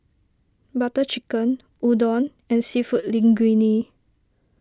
Butter Chicken Udon and Seafood Linguine